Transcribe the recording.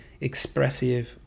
expressive